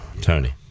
Tony